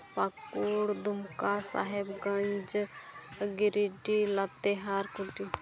Pakur Dumka Sahebganj Giridih Latehar Kulti